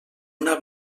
una